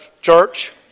church